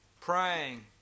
praying